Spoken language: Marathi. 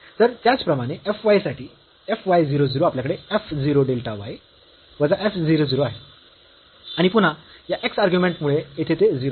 तर त्याचप्रमाणे f y साठी f y 0 0 आपल्याकडे f 0 डेल्टा y वजा f 0 0 आहे आणि पुन्हा या x अर्ग्युमेंट मुळे येथे ते 0 आहे